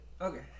Okay